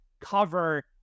cover